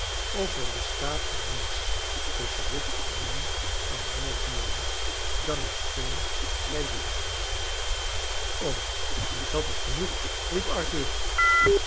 er bestaat niets tusschen juffrouw minnie en mijnheer g owan dan hetgeen wij zien o maar dat is genoeg riep arthur